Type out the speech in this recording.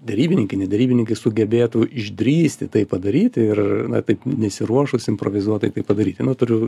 derybininkai ne derybininkai sugebėtų išdrįsti tai padaryti ir na taip nesiruošus improvizuotai taip padaryti nu turi